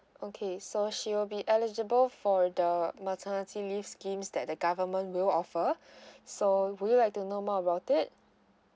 okay so she will be eligible for the maternity leave schemes that the government will offer so would you like to know more about it